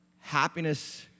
happiness